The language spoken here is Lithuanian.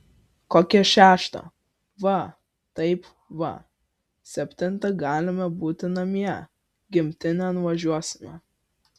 kokią šeštą va taip va septintą galima būti namie gimtinėn važiuosime